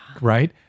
Right